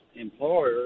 employer